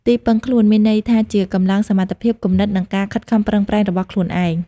«ទីពឹងខ្លួន» មានន័យថាជា កម្លាំង សមត្ថភាព គំនិត និង ការខិតខំប្រឹងប្រែង របស់ខ្លួនឯង។